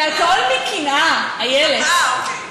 זה הכול מקנאה, איילת.